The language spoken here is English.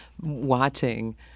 watching